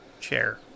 chair